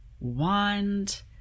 wand